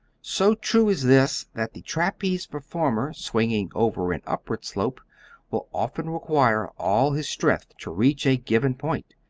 so true is this that the trapeze performer swinging over an upward slope will often require all his strength to reach a given point,